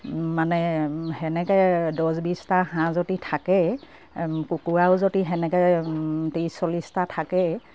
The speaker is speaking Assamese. মানে সেনেকে দছ বিছটা হাঁহ যদি থাকে কুকুৰাও যদি সেনেকে ত্ৰিছ চল্লিছটা থাকে